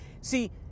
See